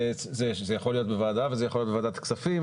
זה יכול להיות בוועדה וזה יכול להיות בוועדת הכספים,